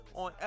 on